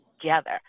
together